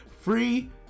Free